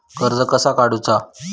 कर्ज कसा काडूचा?